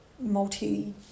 multi